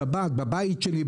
בשבת בבית שלי,